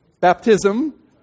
baptism